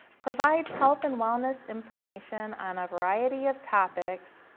provides health and wellness information on a variety of topics,